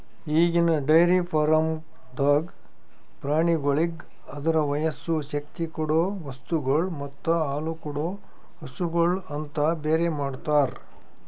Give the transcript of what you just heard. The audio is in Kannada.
ಈಗಿನ ಡೈರಿ ಫಾರ್ಮ್ದಾಗ್ ಪ್ರಾಣಿಗೋಳಿಗ್ ಅದುರ ವಯಸ್ಸು, ಶಕ್ತಿ ಕೊಡೊ ವಸ್ತುಗೊಳ್ ಮತ್ತ ಹಾಲುಕೊಡೋ ಹಸುಗೂಳ್ ಅಂತ ಬೇರೆ ಮಾಡ್ತಾರ